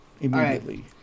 immediately